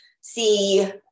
see